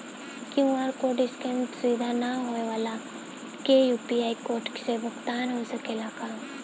QR code scan सुविधा ना होखे वाला के यू.पी.आई कोड से भुगतान हो सकेला का?